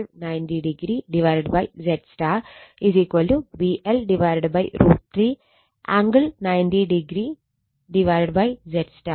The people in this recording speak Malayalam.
VL√ 3 angle 90o ZY